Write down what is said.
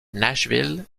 nashville